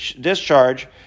discharge